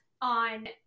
on